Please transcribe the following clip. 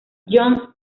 john